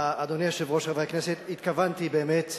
אדוני היושב-ראש, חברי הכנסת, התכוונתי באמת,